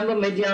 גם במדיה,